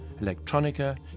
Electronica